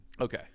Okay